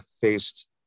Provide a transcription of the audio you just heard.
faced